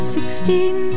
Sixteen